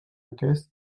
aquest